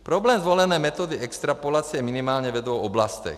Problém zvolené metody extrapolace je minimálně ve dvou oblastech.